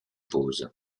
pause